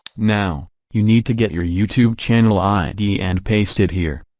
now, you need to get your youtube channel id and paste it here